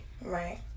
right